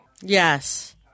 Yes